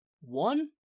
One